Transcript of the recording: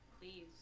please